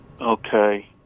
Okay